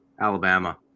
Alabama